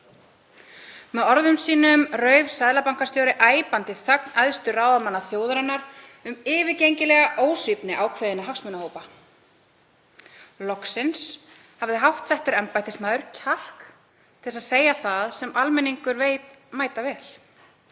Með orðum sínum rauf seðlabankastjóri æpandi þögn æðstu ráðamanna þjóðarinnar um yfirgengilega ósvífni ákveðinna hagsmunahópa. Loksins hafði háttsettur embættismaður kjark til að segja það sem almenningur veit mætavel;